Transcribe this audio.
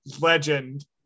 legend